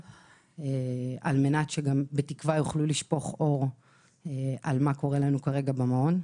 על מנת שיוכלו לשפוך אור על מה שקורה כרגע במעון.